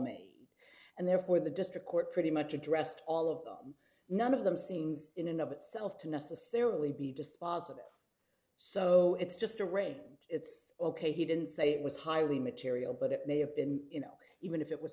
me and therefore the district court pretty much addressed all of them none of them seems in and of itself to necessarily be dispositive so it's just a random it's ok he didn't say it was highly material but it may have been you know even if it was